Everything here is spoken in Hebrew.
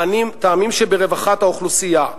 טעמים שברווחת האוכלוסייה,